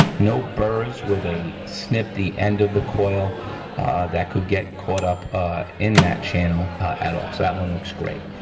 no burs where they snip the end of the coil that could get caught up in that channel at all so, that one looks great.